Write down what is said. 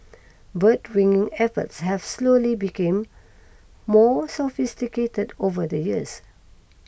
bird ringing efforts have slowly became more sophisticated over the years